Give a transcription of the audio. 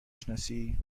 شناسی